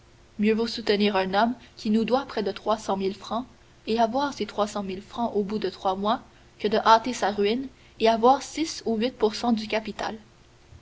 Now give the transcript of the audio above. mieux vaut soutenir un homme qui nous doit près de trois cent mille francs et avoir ces trois cent mille francs au bout de trois mois que de hâter sa ruine et avoir six ou huit pour cent du capital